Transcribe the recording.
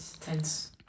Tense